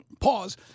pause